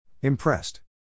Impressed